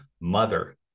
mother